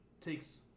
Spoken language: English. takes